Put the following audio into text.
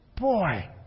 boy